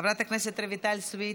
חברת הכנסת רויטל סויד,